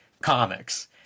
comics